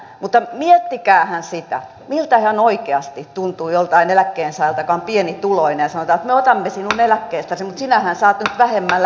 mutta miettikäähän sitä miltähän oikeasti tuntuu jostain eläkkeensaajasta joka on pienituloinen ja sanotaan että me otamme sinun eläkkeestäsi mutta sinähän saat nyt vähemmällä enemmän